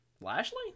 Lashley